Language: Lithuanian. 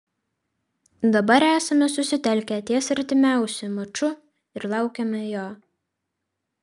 dabar esame susitelkę ties artimiausi maču ir laukiame jo